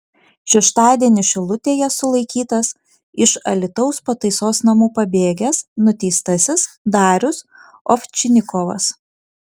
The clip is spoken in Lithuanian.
šeštadienį šilutėje sulaikytas iš alytaus pataisos namų pabėgęs nuteistasis darius ovčinikovas